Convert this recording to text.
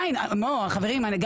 חברים,